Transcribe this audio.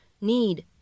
need